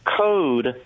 code